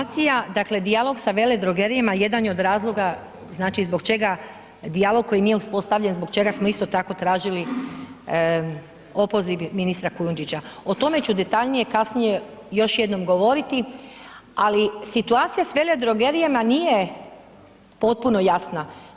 Situacija, dakle dijalog sa veledrogerijama jedan je od razloga znači zbog čega dijalog koji nije uspostavljen, zbog čega smo isto tako tražili opoziv ministra Kujundžića, o tome ću detaljnije kasnije još jednom govoriti, ali situacija s veledrogerijama nije potpuno jasna.